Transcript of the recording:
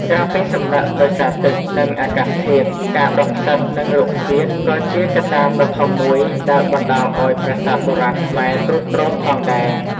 ក្រៅពីសំណឹកដោយសារទឹក និងអាកាសធាតុ ការដុះផ្សិត និងរុក្ខជាតិ ក៏ជាកត្តាដ៏ធំមួយដែលបណ្ដាលឱ្យប្រាសាទបុរាណខ្មែរទ្រុឌទ្រោមផងដែរ។